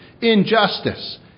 Injustice